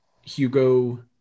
Hugo